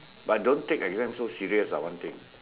but don't take exam so serious lah one thing